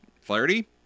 Flaherty